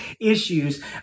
issues